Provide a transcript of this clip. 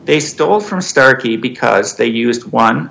they stole from starkey because they used one